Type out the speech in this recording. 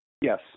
Yes